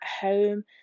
home